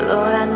Lord